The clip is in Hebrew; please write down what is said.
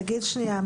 תגיד שנייה,